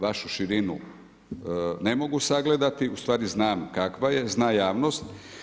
Vašu širinu ne mogu sagledati, u stvari znam kakva je, zna javnost.